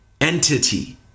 entity